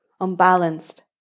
unbalanced